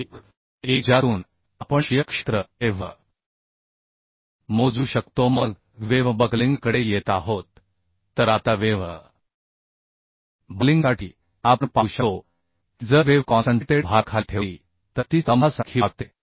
1 ज्यातून आपण शिअर क्षेत्र a v मोजू शकतो मग वेव्ह बकलिंगकडे येत आहोत तर आता वेव्ह बकलिंगसाठी आपण पाहू शकतो की जर वेव्ह कॉन्संट्रेटेड भाराखाली ठेवली तर ती स्तंभासारखी वागते